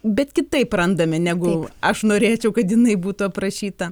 bet kitaip randame negu aš norėčiau kad jinai būtų aprašyta